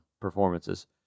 performances